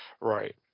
Right